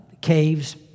caves